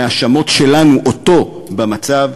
מההאשמות שלנו אותו במצב.